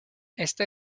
esta